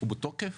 הוא בתוקף?